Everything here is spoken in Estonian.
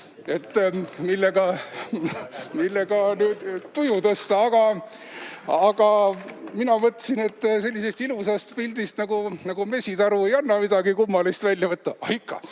millega tuju tõsta. Mina mõtlesin, et sellisest ilusast pildist nagu mesitaru ei anna midagi kummalist välja võtta.